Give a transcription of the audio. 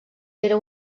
era